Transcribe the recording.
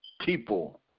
people